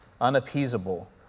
unappeasable